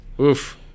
Oof